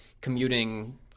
commuting